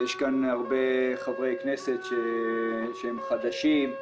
יש כאן הרבה חברי כנסת שהם חדשים,